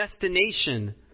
destination